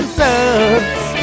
sucks